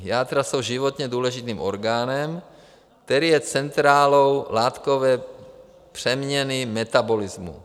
Játra jsou životně důležitým orgánem, který je centrálou látkové přeměny metabolismu.